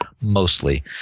mostly